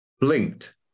blinked